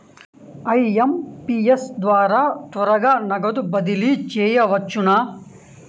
IMPS ద్వారా త్వరగా నగదు బదిలీ చేయవచ్చునా?